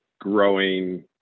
growing